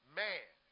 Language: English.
man